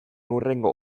hurrengo